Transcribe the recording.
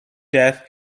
death